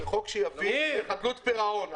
זה חוק שיביא הרבה אולמות לחדלות פירעון,